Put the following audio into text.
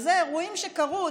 וזה אירועים שקרו.